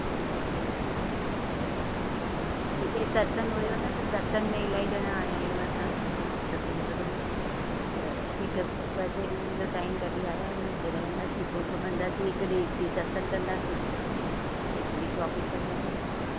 गुजरात हिते सत्संग हुओ न त सत्संग में इलाही ॼणा आया आहियूं असां सत्संग ॿुधण त हिक ॿ टे ॾींहंनि जो टाइम कढी आया आहियूं हिते रहंदासीं पोइ घुमंदासीं हिकु ॾींहं हिकु ॾींहं सत्संग कंदासीं हिकु ॾींहं शॉपिंग कंदासीं